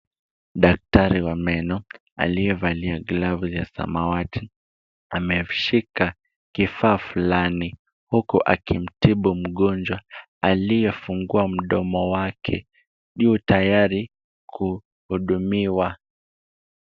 Daktari wa meno, aliyevalia glavu ya samawati ameshika kifaa fulani huku akimtibu mgonjwa aliyefungua mdomo wake juu tayari kuhudumiwa.